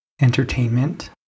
entertainment